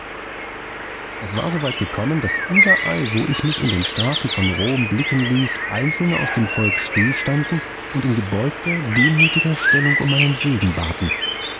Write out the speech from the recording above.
es war so weit gekommen daß überall wo ich mich in den straßen von rom blicken ließ einzelne aus dem volk stillstanden und in gebeugter demütiger stellung um meinen segen baten